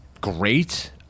great